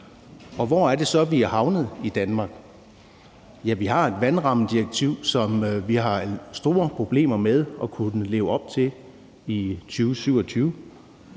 Hvor er det så, vi er havnet i Danmark? Ja, vi har et vandrammedirektiv, som vi har store problemer med at kunne leve op til i 2027.